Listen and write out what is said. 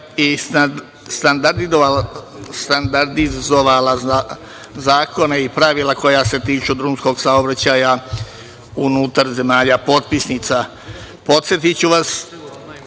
i standardizovala zakone i pravila koja se tiču drumskog saobraćaja unutar zemalja potpisnica. Podsetiću vas